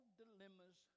dilemmas